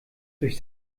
durch